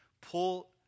pull